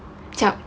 jap